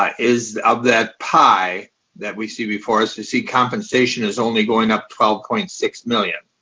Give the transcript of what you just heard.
um is of that pie that we see before us. you see, compensation is only going up twelve point six million.